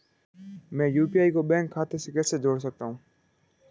मैं यू.पी.आई को बैंक खाते से कैसे जोड़ सकता हूँ?